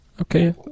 Okay